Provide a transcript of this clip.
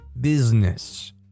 business